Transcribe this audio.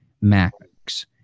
max